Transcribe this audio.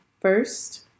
first